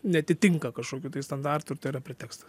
neatitinka kažkokių tai standartų ir tai yra pretekstas